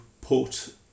put